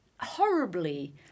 horribly